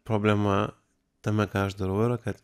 problema tame ką aš darau yra kad